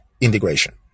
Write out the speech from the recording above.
integration